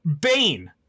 Bane